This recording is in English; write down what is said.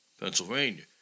Pennsylvania